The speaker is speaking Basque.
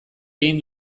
egin